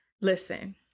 Listen